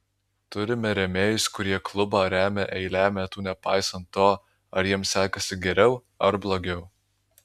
turime rėmėjus kurie klubą remia eilę metų nepaisant to ar jiems sekasi geriau ar blogiau